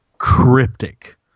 cryptic